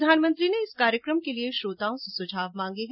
प्रधानमंत्री ने इस कार्यक्रम के लिए श्रोताओं के सुझाव मांगे हैं